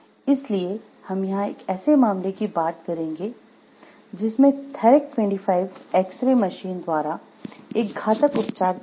इसलिए हम यहां एक ऐसे मामले की बात करेंगे जिसमे थेरैक 25 एक्स रे मशीन द्वारा एक घातक उपचार किया गया